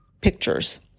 pictures